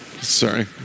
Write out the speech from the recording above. Sorry